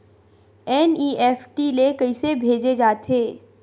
NEFT ले कइसे भेजे जाथे?